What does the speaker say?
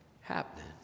happening